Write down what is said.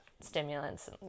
stimulants